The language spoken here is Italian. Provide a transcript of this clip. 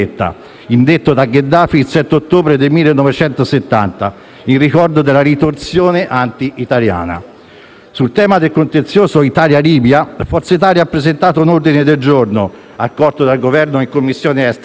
indetto da Gheddafi il 7 ottobre del 1970 in ricordo della ritorsione anti-italiana. Sul tema del contenzioso Italia-Libia, Forza Italia ha presentato un ordine del giorno, accolto dal Governo in Commissione esteri,